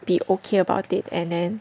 be okay about it and then